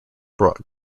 brought